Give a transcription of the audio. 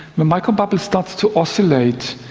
the microbubble starts to oscillate,